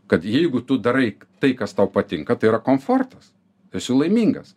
kad jeigu tu darai tai kas tau patinka tai yra komfortas esu laimingas